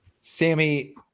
Sammy